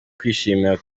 kwishimira